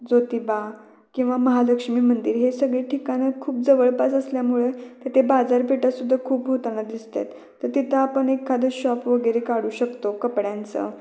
ज्योतिबा किंवा महालक्ष्मी मंदिर हे सगळे ठिकाणं खूप जवळपास असल्यामुळे तेथे बाजारपेठासुद्धा खूप होताना दिसतात तर तिथं आपण एखादं शॉप वगैरे काढू शकतो कपड्यांचं